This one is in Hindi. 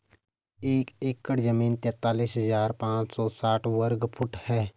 एक एकड़ जमीन तैंतालीस हजार पांच सौ साठ वर्ग फुट है